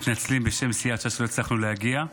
מתנצלים בשם סיעת ש"ס שלא הצלחנו להגיע,